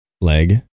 leg